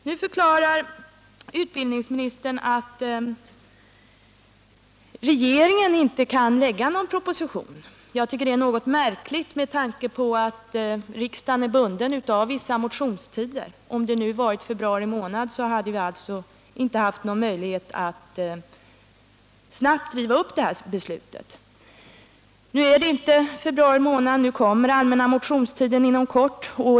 Nu förklarar utbildningsministern att regeringen inte kan lägga fram någon proposition i ärendet. Det är något märkligt med tanke på att riksdagen är bunden av vissa motionstider. Om det nu hade varit februari månad, skulle vi alltså inte ha haft någon möjlighet att snabbt riva upp det fattade beslutet. Nu har vi inte kommit fram till februari månad, och den allmänna motionstiden börjar inom kort.